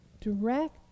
Direct